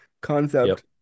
concept